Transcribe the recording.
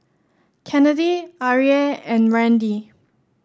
Kennedi Arie and Randi